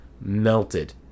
melted